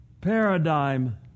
paradigm